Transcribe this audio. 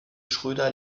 schröder